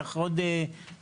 צריך עוד משאבים.